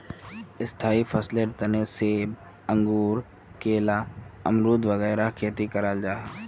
स्थाई फसलेर तने सेब, अंगूर, केला, अमरुद वगैरह खेती कराल जाहा